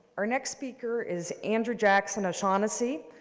our next speaker is andrew jackson o'shaughnessy,